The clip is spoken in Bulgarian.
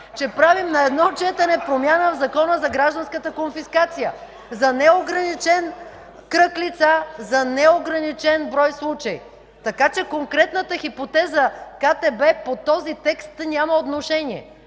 че правим на едно четене промяна в Закона за гражданската конфискация (оживление в залата) – за неограничен кръг лица, за неограничен брой случаи. Така че конкретната хипотеза КТБ по този текст няма отношение.